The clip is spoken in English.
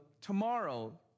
tomorrow